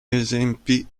esempi